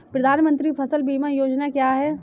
प्रधानमंत्री फसल बीमा योजना क्या है?